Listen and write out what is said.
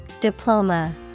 diploma